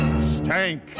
stank